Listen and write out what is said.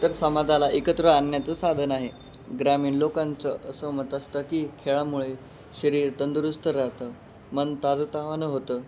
तर समाजाला एकत्र आणण्याचं साधन आहे ग्रामीण लोकांचं असं मत असतं की खेळामुळे शरीर तंदुरुस्त राहतं मन ताजंतवानं होतं